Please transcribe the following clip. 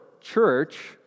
church